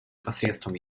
посредством